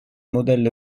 modello